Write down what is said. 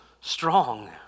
strong